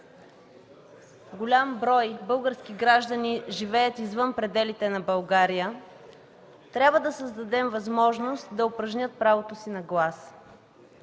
голям брой български граждани живеят извън пределите на България, трябва да създадем възможност да упражнят правото си на глас.